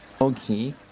okay